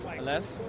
Less